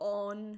on